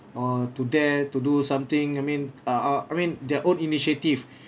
or to dare to do something I mean ah uh I mean their own initiative